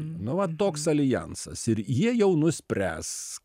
nu va toks aljansas ir jie jau nuspręs